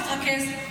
תתרכז,